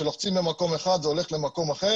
כשלוחצים במקום אחד זה הולך למקום אחר